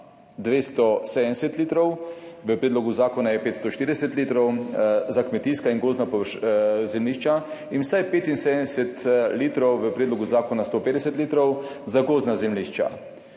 270 litrov – v predlogu zakona je 540 litrov – za kmetijska in gozdna zemljišča in vsaj 75 litrov – v predlogu zakona 150 litrov – za gozdna zemljišča.